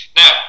now